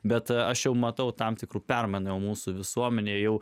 bet aš jau matau tam tikru permanau mūsų visuomenė jau